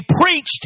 preached